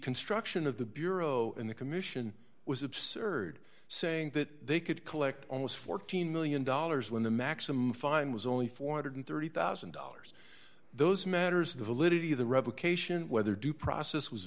construction of the bureau in the commission was absurd saying that they could collect almost fourteen million dollars when the maximum fine was only four hundred and thirty thousand dollars those matters the validity of the revocation whether due process was